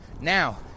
Now